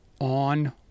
on